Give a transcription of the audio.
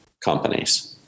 companies